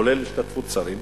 כולל השתתפות שרים.